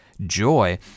joy